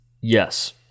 Yes